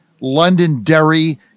Londonderry